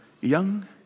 young